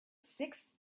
sixth